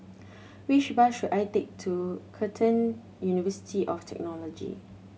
which bus should I take to Curtin University of Technology